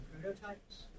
prototypes